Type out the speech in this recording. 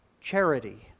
charity